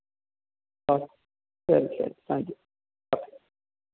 ആ ശരി ശരി ടാങ്ക് യൂ അ